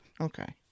Okay